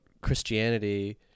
Christianity